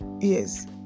yes